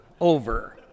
over